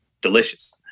delicious